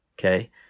okay